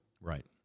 Right